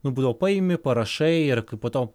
nu būdavo paimi parašai ir po to